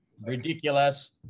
Ridiculous